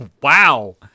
Wow